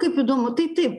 kaip įdomu tai taip